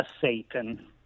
Satan